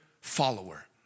follower